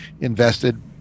invested